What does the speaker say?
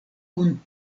kun